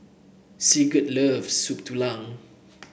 Sigurd loves Soup Tulang